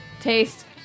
taste